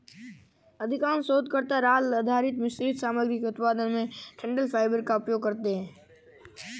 अधिकांश शोधकर्ता राल आधारित मिश्रित सामग्री के उत्पादन में डंठल फाइबर का उपयोग करते है